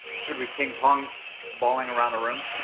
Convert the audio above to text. should we ping pong balling around the room?